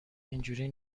اینجوری